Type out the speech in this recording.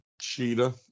Cheetah